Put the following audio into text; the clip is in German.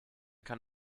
kann